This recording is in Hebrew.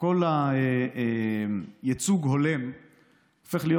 שכל הייצוג ההולם הופך להיות,